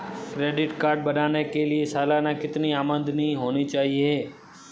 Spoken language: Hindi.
क्रेडिट कार्ड बनाने के लिए सालाना कितनी आमदनी होनी चाहिए?